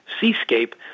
seascape